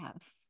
Yes